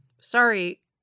Sorry